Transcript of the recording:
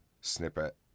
snippet